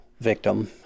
victim